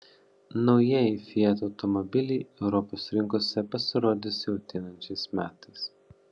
naujieji fiat automobiliai europos rinkose pasirodys jau ateinančiais metais